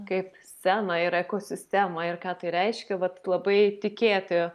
kaip sceną ir ekosistemą ir ką tai reiškia vat labai tikėti